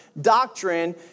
doctrine